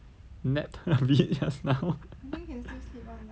napped a bit just now